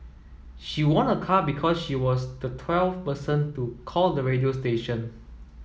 she won a car because she was the twelfth person to call the radio station